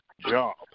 job